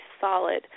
solid